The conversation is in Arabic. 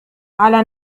على